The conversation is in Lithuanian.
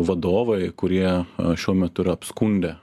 vadovai kurie šiuo metu yra apskundę